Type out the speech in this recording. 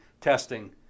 testing